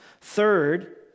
Third